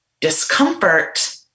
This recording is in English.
discomfort